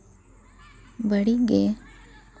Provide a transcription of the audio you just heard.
ᱵᱟᱹᱲᱤᱡ ᱜᱮ